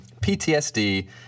PTSD